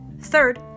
Third